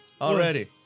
Already